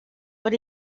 but